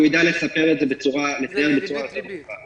הוא ידע לספר את זה בצורה יותר טוב.